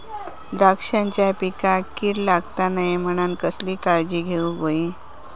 द्राक्षांच्या पिकांक कीड लागता नये म्हणान कसली काळजी घेऊक होई?